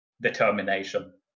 Determination